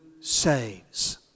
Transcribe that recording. saves